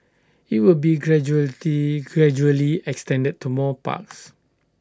IT will be gradually extended to more parks